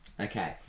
Okay